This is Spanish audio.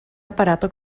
aparato